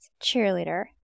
cheerleader